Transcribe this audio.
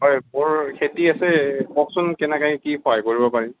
হয় মোৰ খেতি আছে কওকচোন কেনেকৈ কি সহায় কৰিব পাৰিম